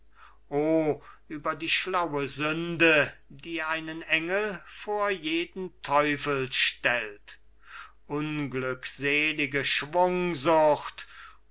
über die schlaue sünde die einen engel vor jeden teufel stellt unglückselige